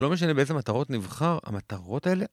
לא משנה באיזה מטרות נבחר, המטרות האלה...